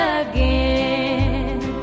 again